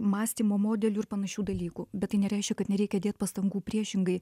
mąstymo modelių ir panašių dalykų bet tai nereiškia kad nereikia dėt pastangų priešingai